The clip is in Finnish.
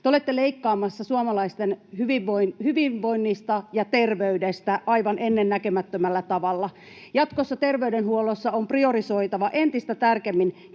Te olette leikkaamassa suomalaisten hyvinvoinnista ja terveydestä aivan ennennäkemättömällä tavalla. Jatkossa terveydenhuollossa on priorisoitava entistä tarkemmin,